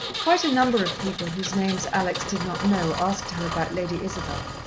quite a number of people whose names alex did not know asked her about lady isabel,